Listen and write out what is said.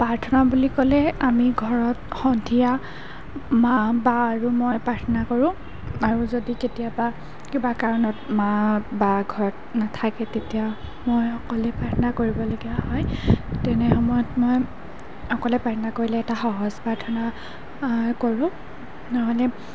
প্ৰাৰ্থনা বুলি ক'লে আমি ঘৰত সন্ধিয়া মা বা আৰু মই প্ৰাৰ্থনা কৰোঁ আৰু যদি কেতিয়াবা কিবা কাৰণত মা বা ঘৰত নাথাকে তেতিয়া মই অকলে প্ৰাৰ্থনা কৰিবলগীয়া হয় তেনে সময়ত মই অকলে প্ৰাৰ্থনা কৰিলে এটা সহজ প্ৰাৰ্থনা কৰোঁ নহ'লে